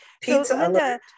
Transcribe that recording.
Pizza